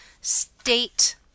state